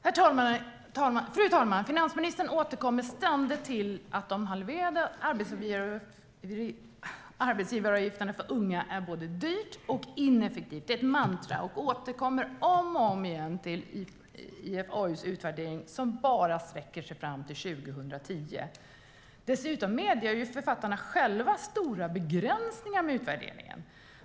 Fru talman! Finansministern återkommer ständigt till att halverade arbetsgivaravgifter för unga är både dyrt och ineffektivt. Det är ett mantra som återkommer om och om igen i IFAU:s utvärdering, som sträcker sig fram bara till 2010. Dessutom medger ju författarna själva stora begränsningar i utvärderingen.